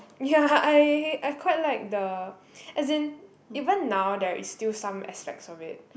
ya I I quite like the as in even now there is still some aspects of it